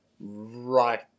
right